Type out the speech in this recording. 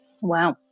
Wow